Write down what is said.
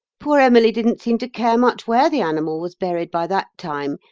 poor emily didn't seem to care much where the animal was buried by that time,